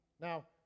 now